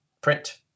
print